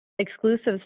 exclusives